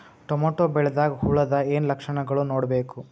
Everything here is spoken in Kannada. ಟೊಮೇಟೊ ಬೆಳಿದಾಗ್ ಹುಳದ ಏನ್ ಲಕ್ಷಣಗಳು ನೋಡ್ಬೇಕು?